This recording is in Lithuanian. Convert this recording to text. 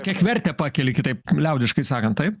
kiek vertę pakeli kitaip liaudiškai sakant taip